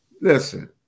listen